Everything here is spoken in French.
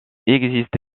existe